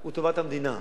הוא טובת המדינה.